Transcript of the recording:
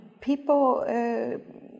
People